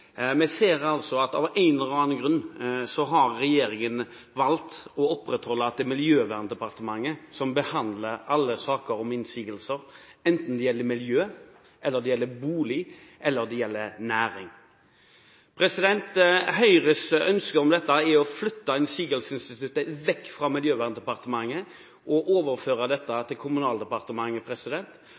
Vi ser at av en eller annen grunn har regjeringen valgt å opprettholde at det er Miljøverndepartementet som behandler alle saker om innsigelser, enten det gjelder miljø, bolig eller næring. Høyres ønske om dette er å flytte innsigelsesinstituttet vekk fra Miljøverndepartementet og overføre dette til Kommunaldepartementet,